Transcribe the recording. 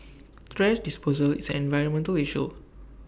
thrash disposal is an environmental issue